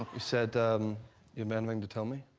you said your man willing to tell me